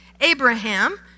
Abraham